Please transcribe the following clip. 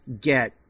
get